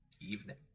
evening